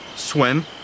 swim